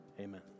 Amen